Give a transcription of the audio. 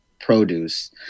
produce